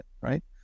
right